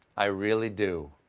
i really do.